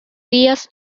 días